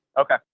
Okay